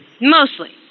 mostly